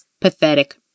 Pathetic